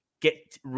Get